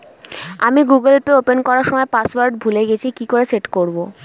আমি Google Pay open করার সময় পাসওয়ার্ড ভুলে গেছি কি করে সেট করব?